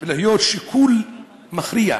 ולהיות שיקול מכריע.